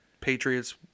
Patriots